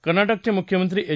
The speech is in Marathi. कर्नाटकचे मुख्यमंत्री एच